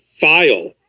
file